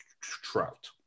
Trout